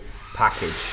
package